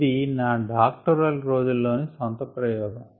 ఇది నా డాక్టోరల్ రోజుల్లోని సొంత ప్రయోగం